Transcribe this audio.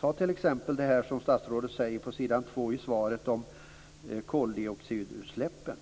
Ta t.ex. det som statsrådet i svaret säger om koldioxidutsläppen.